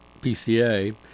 PCA